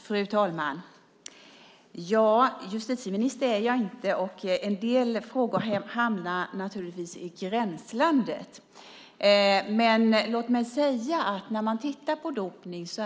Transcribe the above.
Fru talman! Justitieminister är jag inte, och en del frågor hamnar i gränslandet. Men låt mig ändå säga något om dopning.